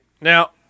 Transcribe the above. Now